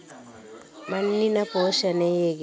ಮಣ್ಣಿನ ಪೋಷಣೆ ಹೇಗೆ?